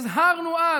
הזהרנו אז